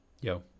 Yo